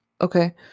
okay